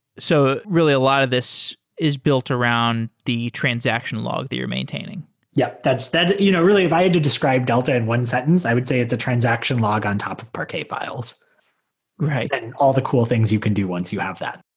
so really, a lot of this is built around the transaction log that you're maintaining yup. you know really, if i had to describe delta in one sentence, i would say it's a transaction log on top of parquet files right. and all the cool things you can do once you have that